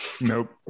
nope